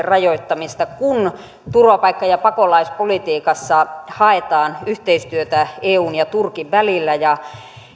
rajoittamista kun turvapaikka ja pakolaispolitiikassa haetaan yhteistyötä eun ja turkin välillä